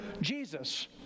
Jesus